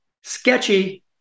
sketchy